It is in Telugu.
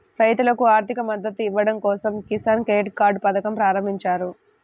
రైతులకు ఆర్థిక మద్దతు ఇవ్వడం కోసం కిసాన్ క్రెడిట్ కార్డ్ పథకం ప్రారంభించారు